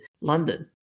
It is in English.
London